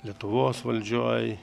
lietuvos valdžioj